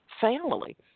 family